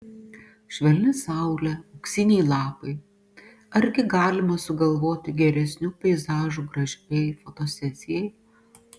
švelni saulė auksiniai lapai argi galima sugalvoti geresnių peizažų gražiai fotosesijai